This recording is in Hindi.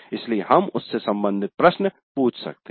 इसलिए हम उससे संबंधित प्रश्न पूछ सकते हैं